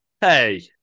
Hey